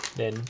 then